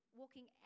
walking